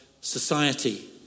society